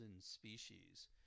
species